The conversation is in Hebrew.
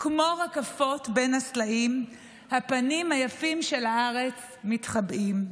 כמו רקפות בין הסלעים / הפנים היפים של הארץ מתחבאים.